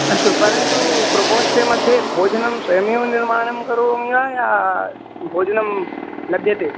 अस्तु परन्तु प्रकोष्ठस्य मध्ये भोजनं स्वयमेव निर्माणं करोमि वा यत् भोजनं लभ्यते